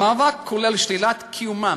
המאבק כולל שלילת קיומם